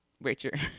Richard